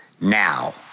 now